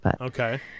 Okay